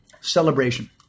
celebration